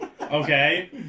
Okay